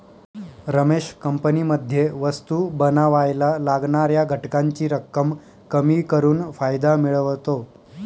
रमेश कंपनीमध्ये वस्तु बनावायला लागणाऱ्या घटकांची रक्कम कमी करून फायदा मिळवतो